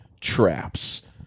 traps